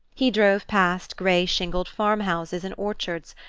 he drove past grey-shingled farm-houses in orchards,